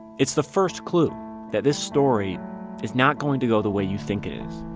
it's the first clue that this story is not going to go the way you think it is.